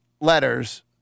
letters